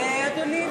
אדוני,